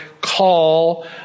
call